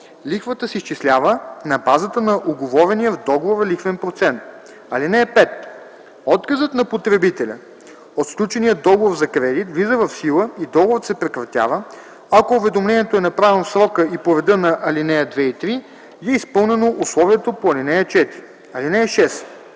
Лихвата се изчислява на базата на уговорения в договора лихвен процент. (5) Отказът на потребителя от сключения договор за кредит влиза в сила и договорът се прекратява, ако уведомлението е направено в срока и по реда на ал. 2 и 3 и е изпълнено условието по ал. 4. (6)